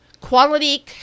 Quality